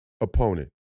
opponent